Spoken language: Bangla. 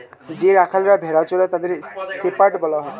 যে রাখালরা ভেড়া চড়ায় তাদের শেপার্ড বলা হয়